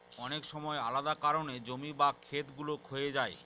অনেক সময় আলাদা কারনে জমি বা খেত গুলো ক্ষয়ে যায়